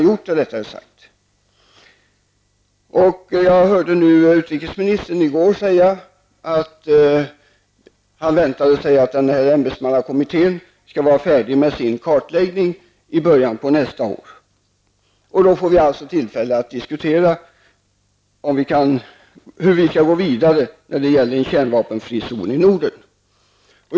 Jag hörde utrikesministern i går säga att han väntade sig att ämbetsmannakommittén skall vara färdig med sin kartläggning i början av nästa år. Då får vi tillfälle att diskutera hur vi skall gå vidare med arbetet för en kärnvapenfri zon i Norden.